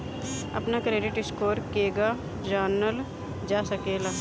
अपना credit score केगा जानल जा सकेला?